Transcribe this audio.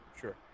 Sure